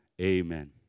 amen